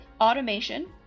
automation